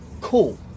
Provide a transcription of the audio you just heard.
cool